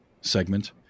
segment